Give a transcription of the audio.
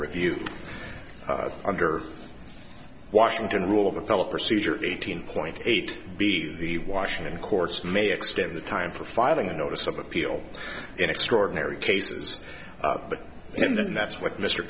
review under washington rule of appellate procedure eighteen point eight b the washington courts may extend the time for filing the notice of appeal in extraordinary cases but then that's what mr